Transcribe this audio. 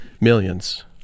millions